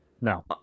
No